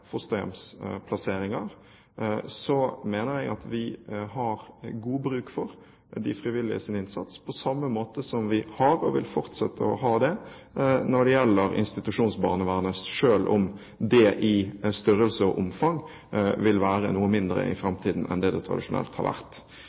mener jeg at vi har god bruk for de frivilliges innsats, på samme måte som vi har og vil fortsette å ha det når det gjelder institusjonsbarnevernet, selv om det i størrelse og omfang vil være noe mindre i framtiden enn det tradisjonelt har vært.